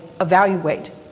evaluate